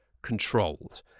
controlled